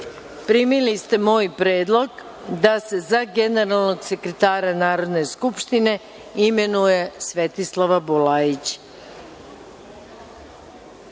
ste moj predlog da se za generalnog sekretara Narodne skupštine imenuje Svetislava Bulajić. Molim